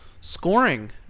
scoring